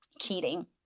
cheating